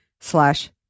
slash